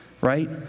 right